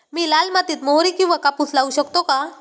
मी लाल मातीत मोहरी किंवा कापूस लावू शकतो का?